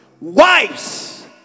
Wives